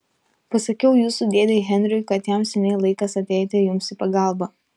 pasakiau jūsų dėdei henriui kad jam seniai laikas ateiti jums į pagalbą